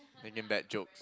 making bad jokes